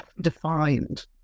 defined